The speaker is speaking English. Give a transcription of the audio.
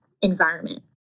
environment